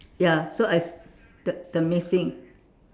ya so I cir~ the the missing